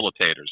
facilitators